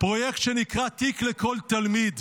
פרויקט שנקרא "תיק לכל תלמיד"